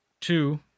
Two